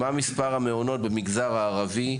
מה מספר המעונות במגזר הערבי,